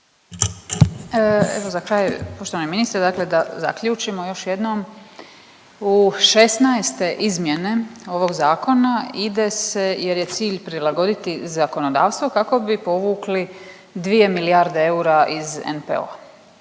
Evo za kraj, poštovani ministre, dakle da zaključimo još jednom, u, 16. izmjene ovog Zakona ide se jer je cilj prilagoditi zakonodavstvo kako bi povukli 2 milijarde eura iz NPOO-a.